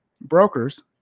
brokers